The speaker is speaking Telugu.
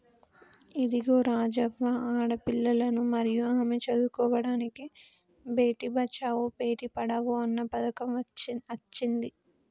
ఇదిగో రాజవ్వ ఆడపిల్లలను మరియు ఆమె చదువుకోడానికి బేటి బచావో బేటి పడావో అన్న పథకం అచ్చింది